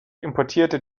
importierte